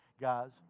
guys